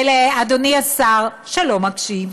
ולאדוני השר, שלא מקשיב,